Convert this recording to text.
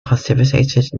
participated